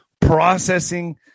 Processing